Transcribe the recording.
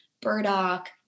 burdock